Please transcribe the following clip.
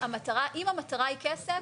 אם המטרה היא כסף,